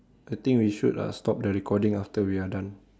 I think we should uh stop the recording after we are done